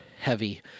heavy